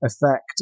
effect